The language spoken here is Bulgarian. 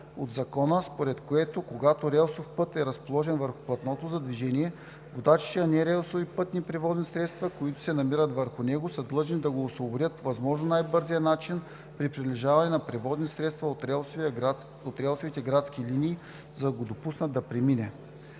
от Закона, според което, когато релсов път е разположен върху платното за движение, водачите на нерелсовите пътни превозни средства, които се намират върху него, са длъжни да го освободят по възможно най-бързия начин при приближаване на превозните средства от редовните градски линии, за да го пропуснат да премине.